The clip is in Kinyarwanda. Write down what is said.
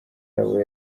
yabo